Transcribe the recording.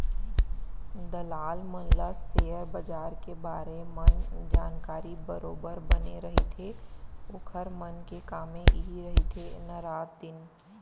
दलाल मन ल सेयर बजार के बारे मन जानकारी बरोबर बने रहिथे ओखर मन के कामे इही रहिथे ना रात दिन